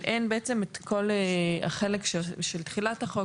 אין את כל החלק של תחילת החוק,